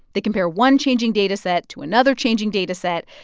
they compare one changing data set to another changing data set.